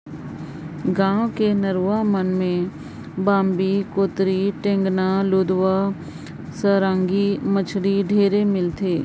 गाँव कर नरूवा मन में बांबी, कोतरी, टेंगना, लुदवा, सरांगी मछरी ढेरे मिलथे